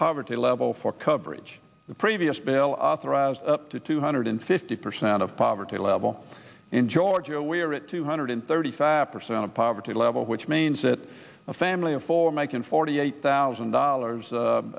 poverty level for coverage the previous bill authorized up to two hundred fifty percent of poverty level in georgia we are at two hundred thirty five percent of poverty level which means that a family of four making forty eight thousand dollars